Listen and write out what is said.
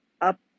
up